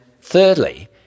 thirdly